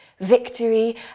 Victory